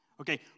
okay